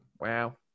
Wow